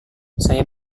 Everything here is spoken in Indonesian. saya